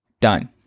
done